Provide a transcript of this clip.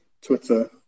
Twitter